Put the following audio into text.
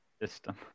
system